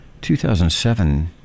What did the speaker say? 2007